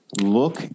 look